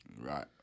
Right